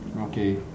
okay